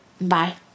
Bye